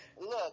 Look